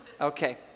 Okay